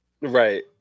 Right